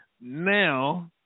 now